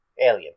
Alien